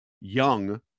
young